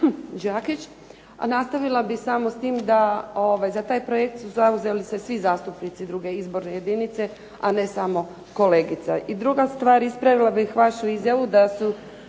Đakić, a nastavila bih samo s tim da za taj projekt su se svi zastupnici zauzeli druge izborne jedince, a ne samo kolegica. I druga stvar, ispravila bih vašu izjavu da su